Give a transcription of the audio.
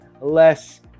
less